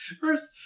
first